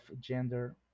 gender